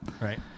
Right